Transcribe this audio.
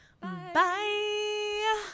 Bye